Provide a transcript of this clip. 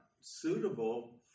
suitable